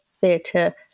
Theatre